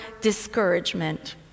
discouragement